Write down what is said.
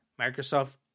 Microsoft